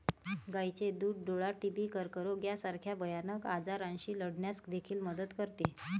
गायीचे दूध डोळा, टीबी, कर्करोग यासारख्या भयानक आजारांशी लढण्यास देखील मदत करते